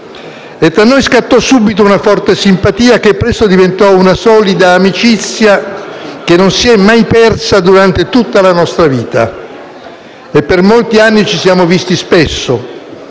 Tra noi scattò subito una forte simpatia che presto diventò una solida amicizia, che non si è mai persa durante tutta la nostra vita e per molti anni ci siamo visti spesso,